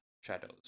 shadows